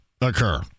occur